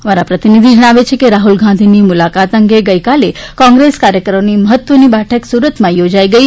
અમારા પ્રતિનિધિ જણાવે છે કે રાહ્લ ગાંધીની મુલાકાત અંગે ગઈકાલે કોંગ્રેસ કાર્યકરોની મહત્વની બેઠક સુરતમાં થોજાઈ ગઈ